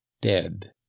dead